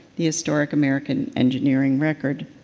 the historical american engineering record